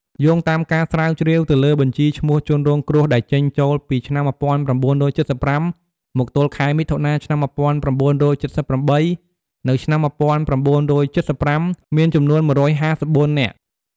យោងតាមការស្រាវជ្រាវទៅលើបញ្ជីឈ្មោះជនរងគ្រោះដែលចេញចូលពីឆ្នាំ១៩៧៥ មកទល់ខែមិថុនាឆ្នាំ១៩៧៨ នៅឆ្នាំ១៩៧៥ មានចំនួន១៥៤នាក់ ។